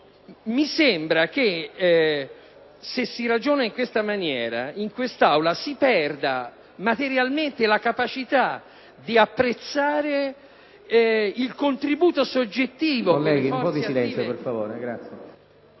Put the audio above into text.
mi sembra che se si ragiona in questa maniera, in quest’Aula si perda materialmente la capacitadi apprezzare il contributo soggettivo